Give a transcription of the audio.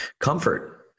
Comfort